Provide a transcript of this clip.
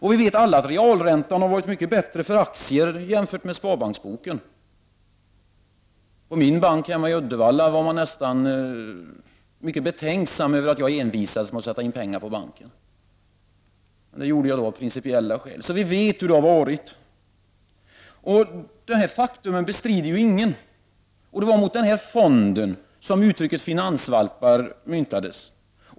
Vi vet vidare alla att realräntan har varit mycket bättre för aktier jämfört med sparbanksboken. På min bank hemma i Uddevalla var man betänksam över att jag envisades med att sätta in pengar på bankkonto. Det gjorde jag av principiella skäl. Vi vet alltså hur det har varit. Dessa fakta bestrider ingen. Det var med anledning av den här fonden som uttrycket finansvalpar myntades.